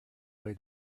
way